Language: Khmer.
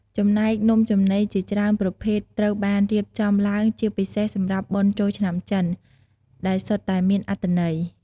ចំណែក នំចំណីជាច្រើនប្រភេទត្រូវបានរៀបចំឡើងជាពិសេសសម្រាប់បុណ្យចូលឆ្នាំចិន ដែលសុទ្ធតែមានអត្ថន័យ។